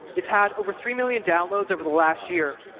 it's had over three million downloads over the last year.